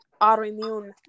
autoimmune